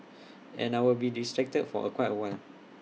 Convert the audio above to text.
and I will be distracted for quite A while